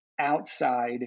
outside